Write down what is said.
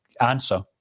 answer